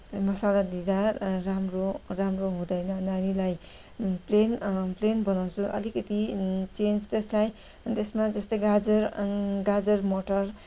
मसाला दिँदा राम्रो राम्रो हुँदैन नानीलाई प्लेन प्लेन बनाउँछु अलिकति चेन्ज त्यसलाई त्यसमा त्यस्तै गाजर गाजर मटर